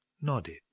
nodded